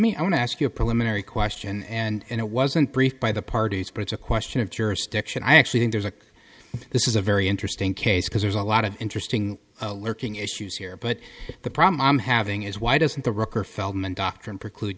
to ask you a preliminary question and it wasn't briefed by the parties but it's a question of jurisdiction i actually think there's a this is a very interesting case because there's a lot of interesting lurking issues here but the problem i'm having is why doesn't the record feldman doctrine preclude